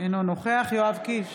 אינו נוכח יואב קיש,